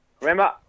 Remember